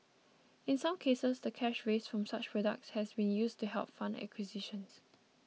in some cases the cash raised from such products has been used to help fund acquisitions